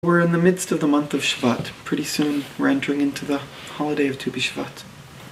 אנחנו באמצע חודש שבט ובקרוב אנחנו נכנסים לחג ט"ו בשבט.